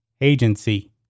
Agency